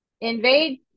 invade